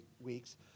weeks